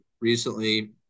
recently